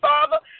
Father